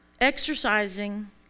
exercising